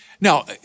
Now